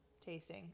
tasting